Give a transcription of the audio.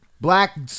black